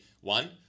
One